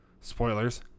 spoilers